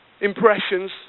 impressions